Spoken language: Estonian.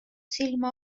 silma